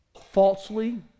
falsely